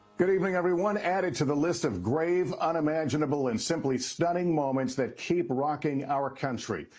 good evening, everyone. added to the list of grave unnajable and simply stunning moments that keep rocking our country,